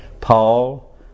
Paul